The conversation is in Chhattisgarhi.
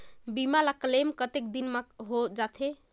बीमा ला क्लेम कतेक दिन मां हों जाथे?